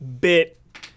Bit